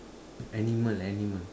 animal animal